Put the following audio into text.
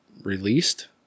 released